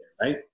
right